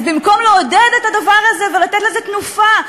אז במקום לעודד את הדבר הזה ולתת לזה תנופה,